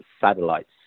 satellites